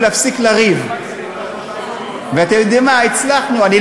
אתה יודע מה, כל הכבוד לך.